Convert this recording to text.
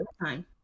time